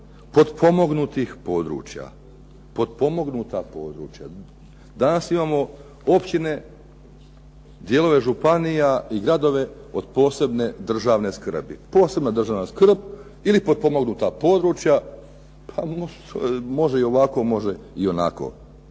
Potpomognuta područja. Danas imamo općine, dijelove županija i gradove od posebne državne skrbi. Posebna državna skrb ili potpomognuta područja. Pa može i ovako, može i onako.